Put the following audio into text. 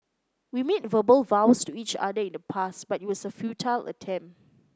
we made verbal vows to each other in the past but it was a futile attempt